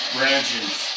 Branches